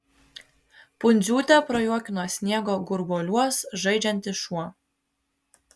pundziūtę prajuokino sniego gurvuoliuos žaidžiantis šuo